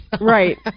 Right